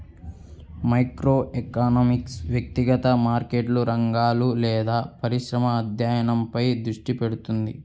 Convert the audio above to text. microeconomics వ్యక్తిగత మార్కెట్లు, రంగాలు లేదా పరిశ్రమల అధ్యయనంపై దృష్టి పెడుతుంది